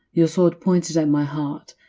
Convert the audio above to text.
your sword pointed at my heart.